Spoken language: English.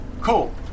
Cool